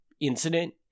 incident